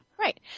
Right